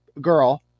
girl